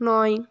নয়